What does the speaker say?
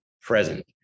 present